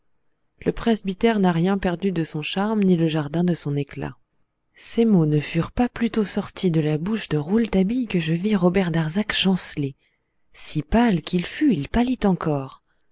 le presbytère n'a rien perdu de son charme ni le jardin de son éclat ces mots ne furent pas plutôt sortis de la bouche de rouletabille que je vis robert darzac chanceler si pâle qu'il fût il pâlit encore